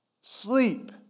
Sleep